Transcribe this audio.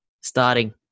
starting